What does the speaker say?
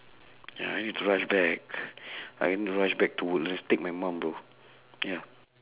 ya I need to rush back I need to rush back to woodlands take my mom though ya